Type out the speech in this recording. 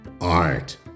art